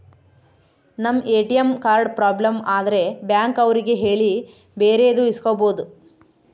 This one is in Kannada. ನಮ್ ಎ.ಟಿ.ಎಂ ಕಾರ್ಡ್ ಪ್ರಾಬ್ಲಮ್ ಆದ್ರೆ ಬ್ಯಾಂಕ್ ಅವ್ರಿಗೆ ಹೇಳಿ ಬೇರೆದು ಇಸ್ಕೊಬೋದು